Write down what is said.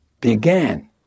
began